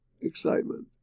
excitement